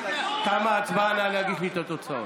תמה ההצבעה, נא להגיש לי את התוצאות.